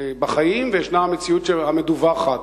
בחיים וישנה המציאות המדווחת.